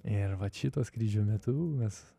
ir vat šito skrydžio metu mes